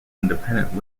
independent